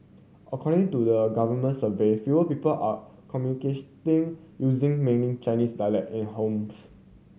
according to the government survey fewer people are communicating using mainly Chinese dialect in homes